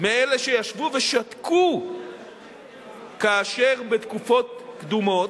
מאלה שישבו ושתקו כאשר בתקופות קדומות,